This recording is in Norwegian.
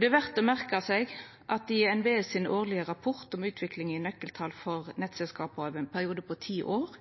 Det er verdt å merka seg at i den årlege rapporten frå NVE om utviklinga i nøkkeltal for nettselskapa over ein periode på ti år